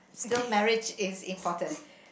still marriage is important